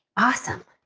awesome.